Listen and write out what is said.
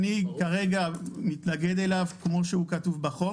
אני כרגע מתנגד אליו כמו שהוא כתוב בחוק.